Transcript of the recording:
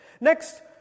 Next